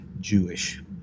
Jewish